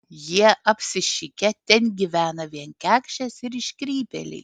jie apsišikę ten gyvena vien kekšės ir iškrypėliai